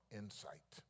insight